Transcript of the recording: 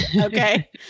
Okay